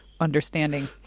understanding